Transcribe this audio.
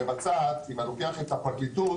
המבצעת: אם אני לוקח את הפרקליטות,